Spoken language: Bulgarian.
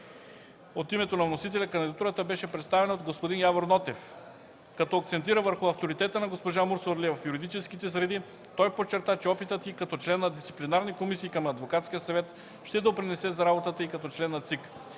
От името на вносителя кандидатурата беше представена от господин Явор Нотев. Като акцентира върху авторитета на госпожа Мусорлиева в юридическите среди, той подчерта, че опитът й като член на дисциплинарни комисии към адвокатския съвет, ще допринесе за работата й като член на ЦИК.